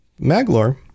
Maglor